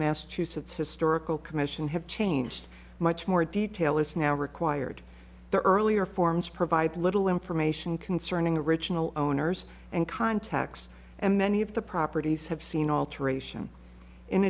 massachusetts historical commission have changed much more detail is now required the earlier forms provide little information concerning the original owners and contacts and many of the properties have seen alteration in